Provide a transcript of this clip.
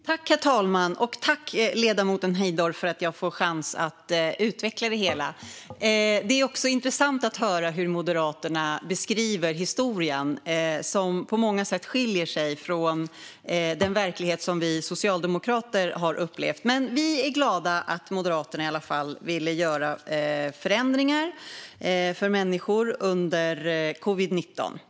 Herr talman! Tack, ledamoten Heindorff, för att jag får en chans att utveckla det hela! Det är intressant att höra hur Moderaterna beskriver historien; det skiljer sig på många sätt från den verklighet som vi socialdemokrater har upplevt. Men vi är glada över att Moderaterna i alla fall ville göra förändringar för människor under covid-19.